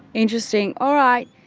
interesting. all right,